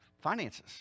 finances